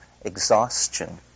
exhaustion